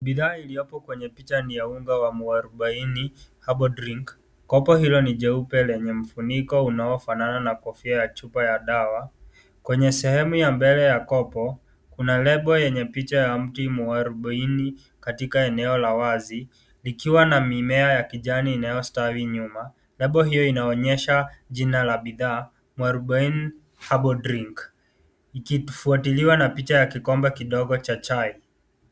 Bidhaa iliyoko kwenye picha ni ya unga wa mwarubaini herbal drink. Kopo hilo ni jeupe lenye mfuniko unaofanana na kofia ya chupa ya dawa. Kwenye sehemu ya mbele ya kopo, kuna lebo yenye picha ya mti mwarubaini likiwa na mimea ya kijani inayostawi nyuma. Lebo hio inaonyesha jina la bidhaa, mwarubaini herbal drink ikifuatiliwa na picha ya kikombe kidogo cha chai.